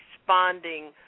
responding